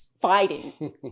fighting